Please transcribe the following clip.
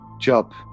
job